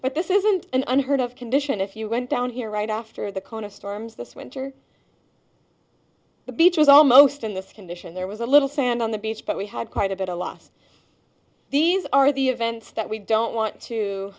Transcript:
but this isn't an unheard of condition if you went down here right after the kona storms this winter the beach was almost in this condition there was a little sand on the beach but we had quite a bit a loss these are the events that we don't want to